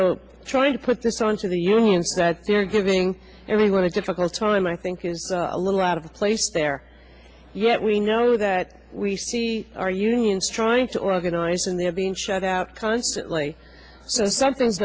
know trying to put this on to the unions that they're giving everyone a difficult time i think is a little out of place there yet we know that we see our unions trying to organize and they have been shut out constantly so something's